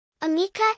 Amika